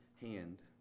hand